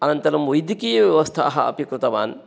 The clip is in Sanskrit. अनन्तरं वैद्यकीयव्यवस्थाः अपि कृतवान्